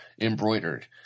embroidered